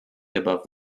above